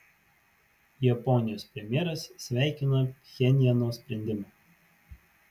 japonijos premjeras sveikina pchenjano sprendimą